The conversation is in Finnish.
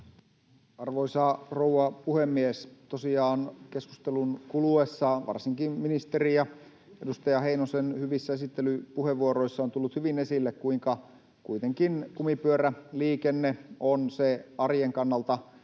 Arvoisa rouva puhemies! Tosiaan keskustelun kuluessa varsinkin ministerin ja edustaja Heinosen hyvissä esittelypuheenvuoroissa on tullut hyvin esille, kuinka kuitenkin kumipyöräliikenne on se arjen kannalta keskeisin